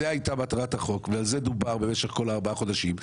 זו הייתה מטרת החוק ועל זה דובר במשך כל הארבעה חודשים.